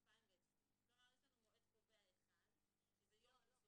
2020. זאת אומרת שיש לנו מועד קובע אחד שזה --- לא.